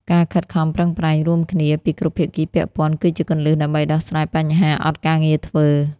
ការខិតខំប្រឹងប្រែងរួមគ្នាពីគ្រប់ភាគីពាក់ព័ន្ធគឺជាគន្លឹះដើម្បីដោះស្រាយបញ្ហាអត់ការងារធ្វើ។